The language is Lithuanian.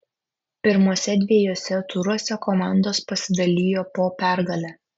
pirmuose dviejuose turuose komandos pasidalijo po pergalę